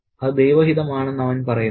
അത് ദൈവഹിതമാണെന്ന് അവൻ പറയുന്നു